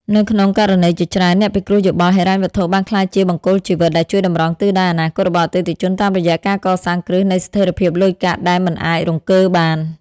នៅក្នុងករណីជាច្រើន អ្នកពិគ្រោះយោបល់ហិរញ្ញវត្ថុបានក្លាយជា "បង្គោលជីវិត" ដែលជួយតម្រង់ទិសដៅអនាគតរបស់អតិថិជនតាមរយៈការកសាងគ្រឹះនៃស្ថិរភាពលុយកាក់ដែលមិនអាចរង្គើបាន។